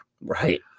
Right